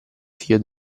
figlio